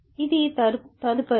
ఇది తదుపరిది